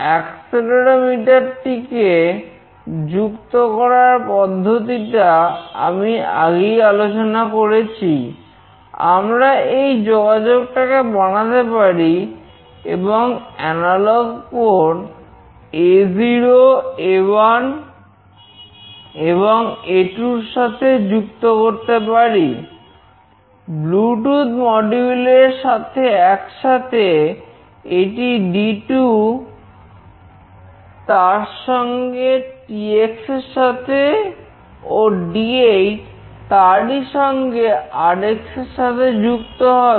accelerometer এর Vcc GND র সাথে যুক্ত হবে